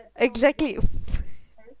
exactly